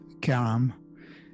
Karam